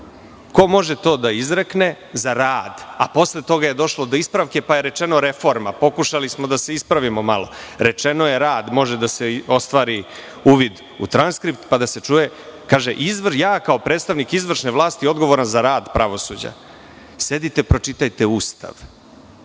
Ko može to da izrekne, za rad? Posle toga je došlo do ispravke, pa je rečeno – reforma. Pokušali smo da se ispravimo malo. Rečeno je – rad. Može da se ostvari uvid u transkript. Kaže – ja kao predstavnik izvršne vlasti, odgovoran za rad pravosuđa. Sedite, pročitajte Ustav.